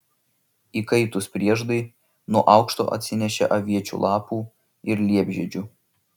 įkaitus prieždai nuo aukšto atsinešė aviečių lapų ir liepžiedžių